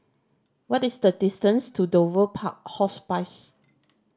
what is the distance to Dover Park Hospice